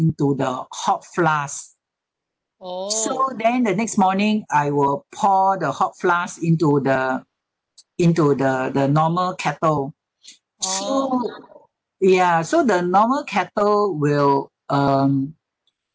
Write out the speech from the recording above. into the hot flask so then the next morning I will pour the hot flask into the into the the normal kettle so ya so the normal kettle will um